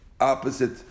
opposite